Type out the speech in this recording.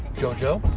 jojo?